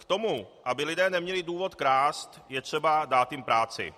K tomu, aby lidé neměli důvod krást, je třeba dát jim práci.